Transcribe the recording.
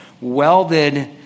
welded